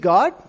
God